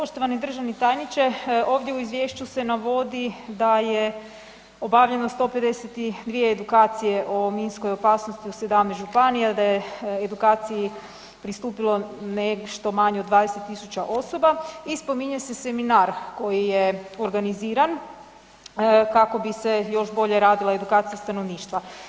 Poštovani državni tajniče ovdje u izvješću se navodi da je obavljeno 152 edukacije o minskoj opasnosti u 17 županija, da je edukaciji pristupilo nešto manje od 20.000 osoba i spominje se seminar koji je organiziran kako bi se još bolje radila edukacija stanovništva.